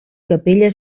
capella